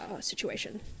situation